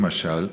למשל,